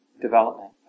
development